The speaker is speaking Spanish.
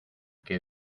que